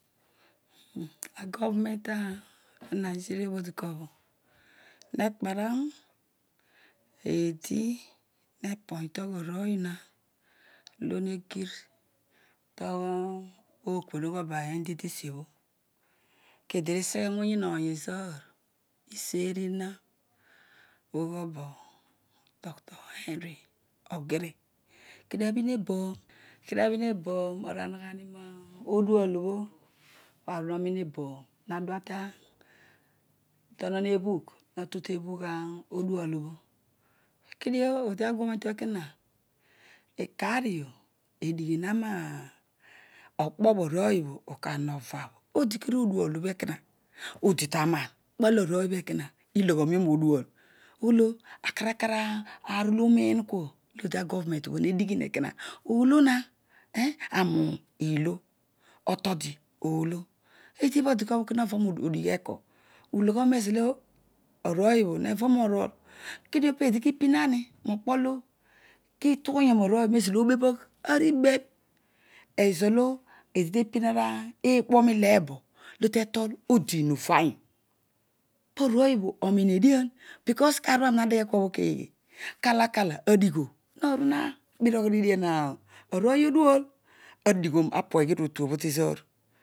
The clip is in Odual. Agbvevroeut anigema obho dikua obho nekpararo eedi nepontgho aroy na lohe gir tan okobhoghian obho ughol bo ma ndoc obho iseghe moyiin ony ezaar iseri na bhughool bo dr. Henry ogiri, kedio abhin eboon aru ana ghani modual obho parobho ana uroin eboon nadua tonon ebugh netu tebugh odual obho kedio odiagh netu ekona, ikaario edu ghina roaokpobho arooy ikar nova bho odi kerio odual obho ekona odita amaan olo arooy obho ekona iloghorony obho ekona iloghoro roodual olo akana kana aar olo uroin kua olo agovernment obho nedighina kua, ilon uro ilo otodi olo edibho duabho nova roodighi eko uloghooroio nezolo avony obho lena roroi kedio peedi ki pnan rookpo olo kitughe yom arooy mezolo obebhogi bebh kala kala adugh adugho naru na birogh oni dian arooy odual adighon apueghi rutuo bho tezoor